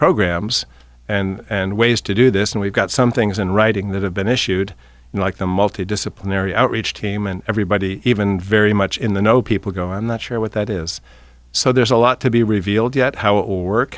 programs and ways to do this and we've got some things in writing that have been issued like the multidisciplinary outreach team and everybody even very much in the know people go i'm not sure what that is so there's a lot to be revealed yet how